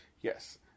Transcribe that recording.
Yes